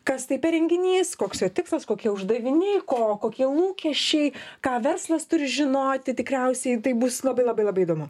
kas tai per renginys koks jo tikslas kokie uždaviniai ko kokie lūkesčiai ką verslas turi žinoti tikriausiai tai bus labai labai labai įdomu